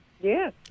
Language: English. Yes